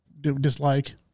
Dislike